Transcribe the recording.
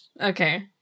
Okay